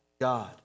God